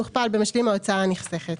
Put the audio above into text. מוכפל במשלים ההוצאה הנחסכת,